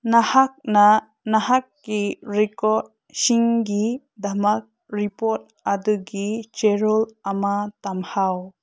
ꯅꯍꯥꯛꯅ ꯅꯍꯥꯛꯀꯤ ꯔꯦꯀꯣꯔꯠꯁꯤꯡꯒꯤꯗꯃꯛ ꯔꯤꯄꯣꯔꯠ ꯑꯗꯨꯒꯤ ꯆꯦꯔꯣꯜ ꯑꯃ ꯊꯝꯍꯧ